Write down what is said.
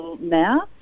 now